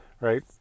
Right